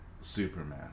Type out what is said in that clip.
superman